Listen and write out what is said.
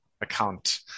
account